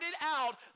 out